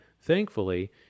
thankfully